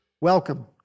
welcome